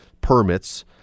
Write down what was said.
permits